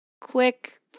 quick